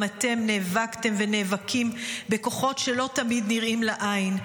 גם אתם נאבקתם ונאבקים בכוחות שלא תמיד נראים לעין.